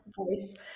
Voice